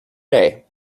day